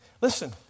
Listen